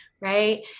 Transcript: right